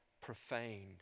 profaned